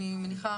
אני מניחה,